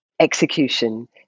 execution